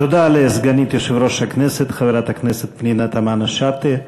תודה לסגנית יושב-ראש הכנסת חברת הכנסת פנינה תמנו-שטה.